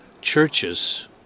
churches